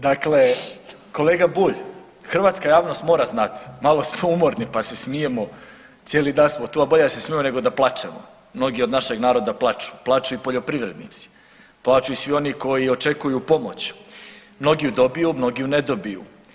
Dakle, kolega Bulj, hrvatska javnost mora znati, malo smo umorni pa se smijemo, cijeli dan smo tu, a bolje da se smijemo nego da plačemo, mnogi od našeg naroda plaću, plaću i poljoprivrednici, plaću i svi oni koji očekuju pomoć, mnogi ju dobiju, mnogi ju ne dobiju.